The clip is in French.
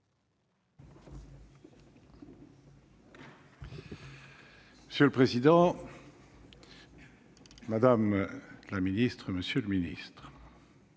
Monsieur le président, madame la ministre, monsieur le secrétaire